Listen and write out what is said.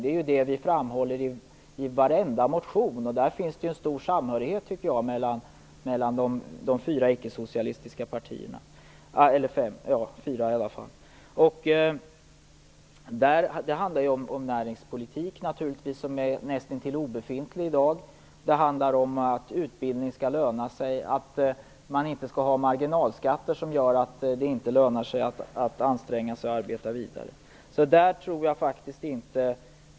Det är det vi framhåller i varje motion. Där finns det en stor samhörighet mellan de fyra ickesocialistiska partierna. Det handlar naturligtvis om näringspolitik, som är nästintill obefintlig i dag. Det handlar om att utbildning skall löna sig. Det handlar om att marginalskatterna inte skall vara så höga att det inte lönar sig att anstränga sig och att arbeta vidare.